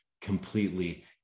completely